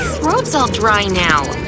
throats all dry now!